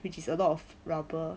which is a lot of rubber